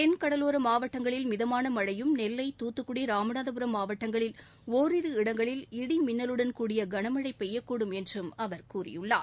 தென்கடலோர மாவட்டங்களில் மிதமான மழையும் நெல்லை தூத்துக்குடி ராமநாதபுரம் மாவட்டங்களில் ஒரிரு இடங்களில் இடி மின்னலுடன்கூடிய கனமழை பெய்யக்கூடும் என்றும் அவர் கூறியுள்ளார்